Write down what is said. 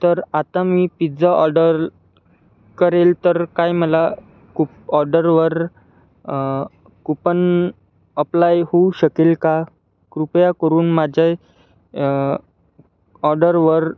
तर आत्ता मी पिज्जा ऑर्डर्ल करेल तर काय मला कू ऑर्डरवर कूपन अप्लाय होऊ शकेल का कृपया करून माज्ज्याय ऑडरवर